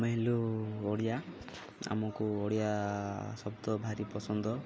ଆମେ ହେଲୁ ଓଡ଼ିଆ ଆମକୁ ଓଡ଼ିଆ ଶବ୍ଦ ଭାରି ପସନ୍ଦ